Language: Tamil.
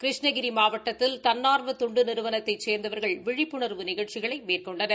கிருஷ்ணகிரி மாவட்டத்தில் தன்னார்வ தொண்டு நிறுவனத்தை சேர்ந்தவர்கள் விழிப்புணர்வு நிகழ்ச்சிகளை மேற்கொண்டனர்